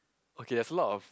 okay as lot of